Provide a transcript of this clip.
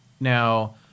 Now